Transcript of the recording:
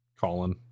Colin